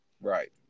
Right